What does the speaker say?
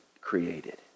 created